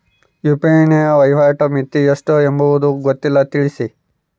UPI ವಹಿವಾಟಿನ ಮಿತಿ ಎಷ್ಟು ಎಂಬುದು ಗೊತ್ತಿಲ್ಲ? ತಿಳಿಸಿ?